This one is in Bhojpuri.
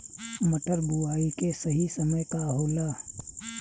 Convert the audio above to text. मटर बुआई के सही समय का होला?